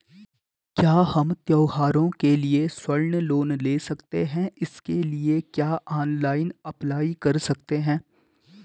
क्या हम त्यौहारों के लिए स्वर्ण लोन ले सकते हैं इसके लिए क्या ऑनलाइन अप्लाई कर सकते हैं?